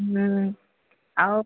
हाँ और